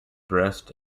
brest